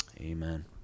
Amen